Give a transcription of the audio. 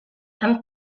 and